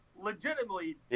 Legitimately